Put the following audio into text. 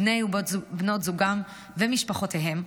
בני ובנות זוגם ומשפחותיהם,